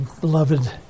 beloved